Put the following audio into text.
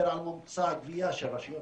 אבל אני אדבר על ממוצע הגבייה של הרשויות